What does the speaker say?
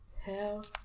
Hell